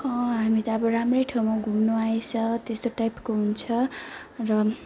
हामी त अब राम्रै ठाउँमा घुम्नु आएछ त्यस्तो टाइपको हुन्छ र